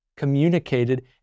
communicated